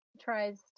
tries